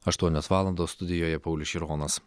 aštuonios valandos studijoje paulius šironas